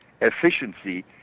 efficiency